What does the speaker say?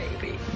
baby